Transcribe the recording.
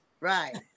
Right